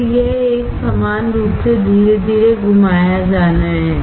फिर यह एक समान रूप से धीरे धीरे घुमाया जाना है